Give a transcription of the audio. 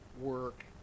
work